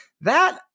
That-